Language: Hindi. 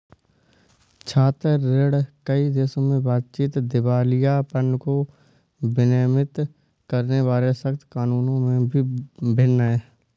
छात्र ऋण, कई देशों में बातचीत, दिवालियापन को विनियमित करने वाले सख्त कानूनों में भी भिन्न है